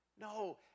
No